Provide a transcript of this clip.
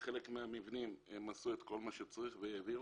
בחלק מהמבנים הם עשו את כל מה שצריך והעבירו,